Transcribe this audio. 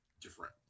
different